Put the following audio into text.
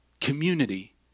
Community